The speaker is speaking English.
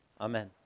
Amen